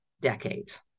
decades